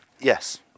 Yes